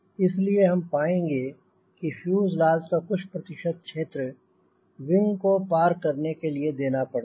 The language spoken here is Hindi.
इसलिए हम पाएंँगे कि फ्यूजलाज का कुछ प्रतिशत क्षेत्र विंग को पार करने के लिए देना पड़ता है